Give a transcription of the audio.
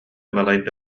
балайда